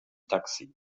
taxi